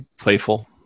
playful